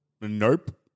nope